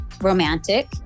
romantic